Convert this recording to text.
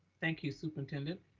thank you, superintendent.